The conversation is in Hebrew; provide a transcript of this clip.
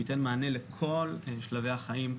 ייתן מענה לכל שלבי החיים,